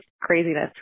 craziness